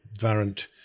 variant